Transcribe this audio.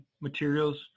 materials